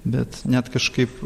bet net kažkaip